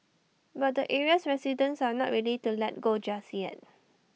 but the area's residents are not ready to let go just yet